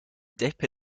dip